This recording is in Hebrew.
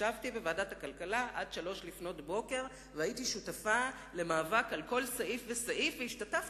ישבתי בוועדת הכלכלה עד 03:00 והייתי שותפה למאבק על כל סעיף וסעיף,